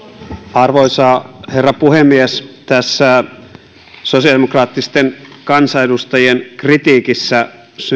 arvoisa herra puhemies tässä sosiaalidemokraattisten kansanedustajien kritiikissä